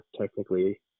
technically